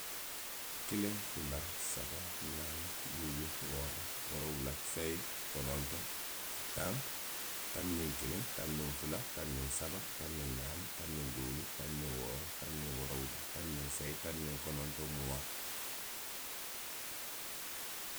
Kiliŋ, fula, saba. naani, luulu, wooro, woorowula, seyi, kononto, taŋ, taŋ niŋ kiliŋ, taŋ niŋ fula, taŋ niŋ saba, taŋ niŋ luulu, taŋ niŋ wooro, taŋ niŋ woorowula, taŋ niŋ seyi, taŋ niŋ kononto, muwaŋ.